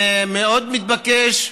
מאוד מתבקש.